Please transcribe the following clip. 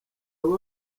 bubi